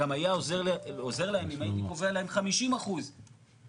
גם היה עוזר להם אם הייתי קובע להם 50%. נכון,